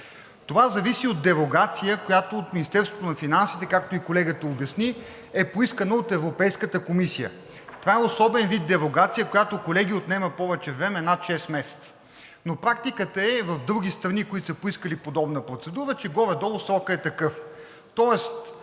Това зависи от дерогация, която е поискана от Министерството на финансите, както и колегата обясни, от Европейската комисия. Това е особен вид дерогация, която, колеги, отнема повече време – над шест месеца. Практиката в други страни, които са поискали подобна процедура, е, че горе-долу срокът е такъв.